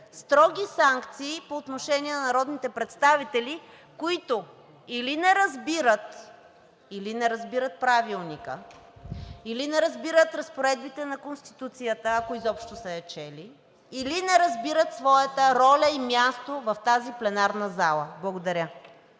строги санкции по отношение на народните представители, които или не разбират Правилника, или не разбират разпоредбите на Конституцията, ако изобщо са я чели, или не разбират своята роля и място в тази пленарна зала. Благодаря.